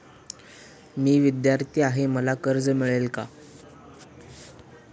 मी विद्यार्थी आहे तर मला कर्ज मिळेल का?